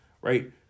right